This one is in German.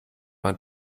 man